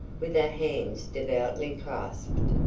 with her hands devoutly clasped.